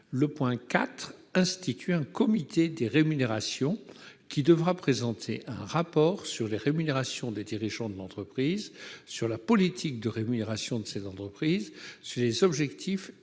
objet d'instituer un comité des rémunérations, qui devra présenter un rapport sur les rémunérations des dirigeants de l'entreprise, sur la politique de rémunération de cette entreprise, sur les objectifs et